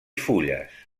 fulles